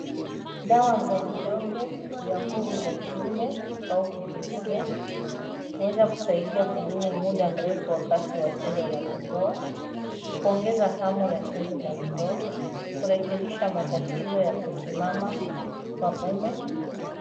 Dawa za vidonge vya nguvu za kiume au kijinsia huweza kusaidia kudumu muda mrefu kwa wakati wa tendo la ndoa, kuongeza hamu ya tendo la ndoa, kurekebisha matatizo ya kusimama wa umme.